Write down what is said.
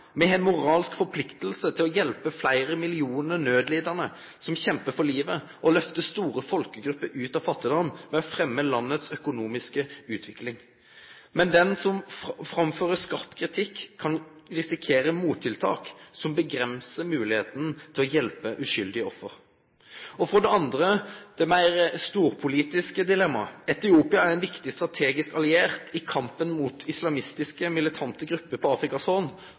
Me har ei moralsk plikt til å hjelpe fleire millionar nødlidande som kjempar for livet, og å lyfte store folkegrupper ut av fattigdom ved å fremme landets økonomiske utvikling. Men den som framfører skarp kritikk, kan risikere mottiltak som avgrensar moglegheita til å hjelpe uskyldige ofre. For det andre det meir storpolitiske dilemmaet: Etiopia er ein viktig strategisk alliert i kampen mot islamistiske, militante grupper på Afrikas